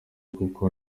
kuko